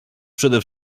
przede